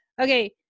Okay